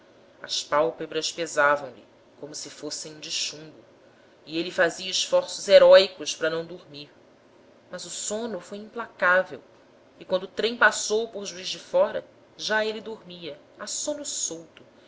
as pálpebras pesavam lhe como se fossem de chumbo e ele fazia esforços heróicos para não dormir mas o sono foi implacável e quando o trem passou por juiz de fora já ele dormia a sono solto